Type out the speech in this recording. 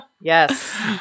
Yes